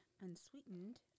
unsweetened